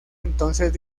entonces